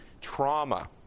trauma